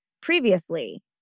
previously